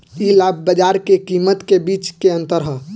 इ लाभ बाजार के कीमत के बीच के अंतर ह